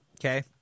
Okay